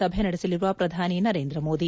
ಸಭೆ ನಡೆಸಲಿರುವ ಪ್ರಧಾನಿ ನರೇಂದ್ರ ಮೋದಿ